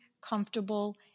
comfortable